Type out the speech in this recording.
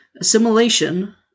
Assimilation